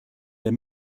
der